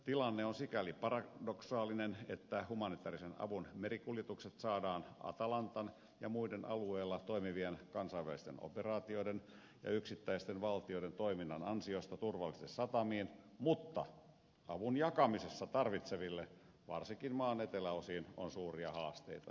tilanne on sikäli paradoksaalinen että humanitäärisen avun merikuljetukset saadaan atalantan ja muiden alueella toimivien kansainvälisten operaatioiden ja yk sittäisten valtioiden toiminnan ansiosta turvallisesti satamiin mutta avun jakamisessa tarvitseville varsinkin maan eteläosiin on suuria haasteita